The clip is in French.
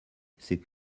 c’est